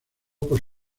por